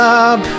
up